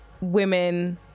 women